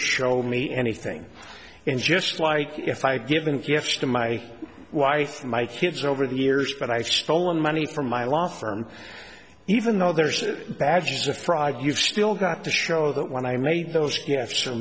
show me anything and just like if i have given gifts to my wife my kids over the years but i have stolen money from my law firm even though there's a badge to thrive you've still got to show that when i made those gifts or